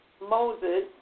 Moses